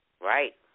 Right